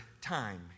time